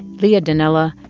leah donnella,